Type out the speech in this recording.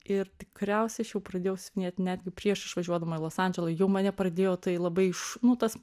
ir tikriausiai aš jau pradėjau siuvinėt netgi prieš išvažiuodama į los andželą jau mane pradėjo tai labai iš nu tas